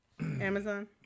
Amazon